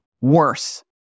worse